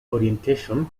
orientation